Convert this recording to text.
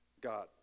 God